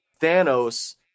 Thanos